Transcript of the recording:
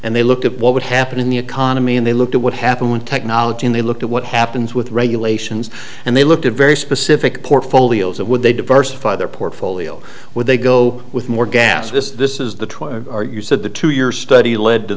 they looked at what would happen in the economy and they looked at what happened one technology and they looked at what happens with regulations and they looked at very specific portfolios and would they diversify their portfolio would they go with more gas because this is the use of the two year study led to